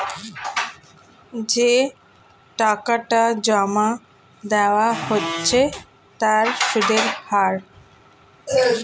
যে টাকাটা জমা দেওয়া হচ্ছে তার সুদের হার